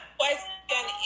question